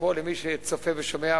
ופה למי שצופה ושומע,